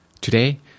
Today